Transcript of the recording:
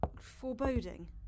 foreboding